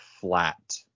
flat